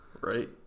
Right